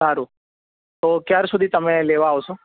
સારું તો ક્યાર સુધી તમે લેવા આવશો